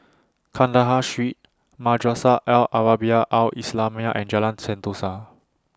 Kandahar Street Madrasah Al Arabiah Al Islamiah and Jalan Sentosa